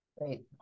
Great